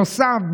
בנוסף,